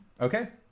Okay